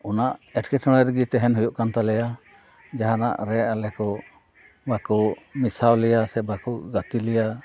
ᱚᱱᱟ ᱮᱴᱠᱮᱴᱚᱬᱮ ᱨᱮᱜᱮ ᱛᱟᱦᱮᱱ ᱦᱩᱭᱩᱜ ᱠᱟᱱ ᱛᱟᱞᱮᱭᱟ ᱡᱟᱦᱟᱱᱟᱜ ᱨᱮ ᱟᱞᱮ ᱠᱚ ᱵᱟᱠᱚ ᱢᱮᱥᱟ ᱞᱮᱭᱟ ᱥᱮ ᱵᱟᱠᱚ ᱜᱟᱛᱮ ᱞᱮᱭᱟ